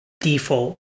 default